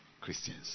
Christians